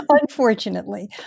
Unfortunately